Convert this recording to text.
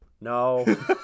No